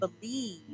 believe